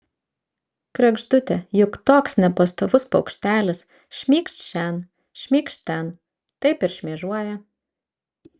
kregždutė juk toks nepastovus paukštelis šmykšt šen šmykšt ten taip ir šmėžuoja